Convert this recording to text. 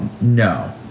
no